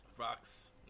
rocks